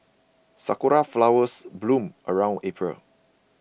sakura flowers bloom around April